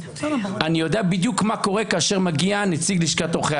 אני יודע בדיוק מה קורה כאשר מגיע נציג לשכת עורכי